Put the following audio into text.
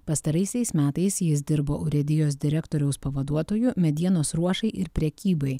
pastaraisiais metais jis dirbo urėdijos direktoriaus pavaduotoju medienos ruošai ir prekybai